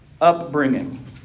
upbringing